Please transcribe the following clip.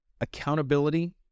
accountability